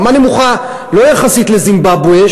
רמה נמוכה לא יחסית לזימבבואה,